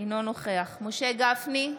אינו נוכח משה גפני,